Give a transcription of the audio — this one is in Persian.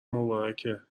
مبارکه